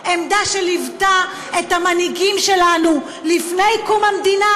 עמדה שליוותה את המנהיגים שלנו לפני קום המדינה,